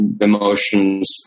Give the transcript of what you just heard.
emotions